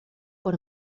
por